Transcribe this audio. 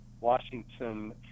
Washington